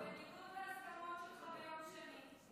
בניגוד להסכמות שלך ביום שני.